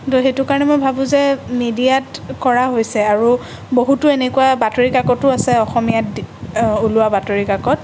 তো সেইটো কাৰণে মই ভাবোঁ যে মিডিয়াত কৰা হৈছে আৰু বহুতো এনেকুৱা বাতৰিকাকতো আছে অসমীয়াত ওলোৱা বাতৰিকাকত